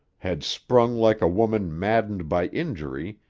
had sprung like a woman maddened by injury,